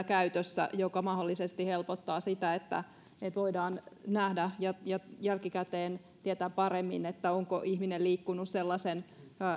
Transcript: käytössä tämä mobiiliäppi joka mahdollisesti helpottaa sitä että voidaan nähdä ja ja jälkikäteen tietää paremmin onko ihminen liikkunut sellaisen